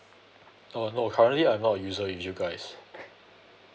oh no currently I'm not a user with you guys